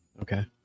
Okay